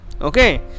Okay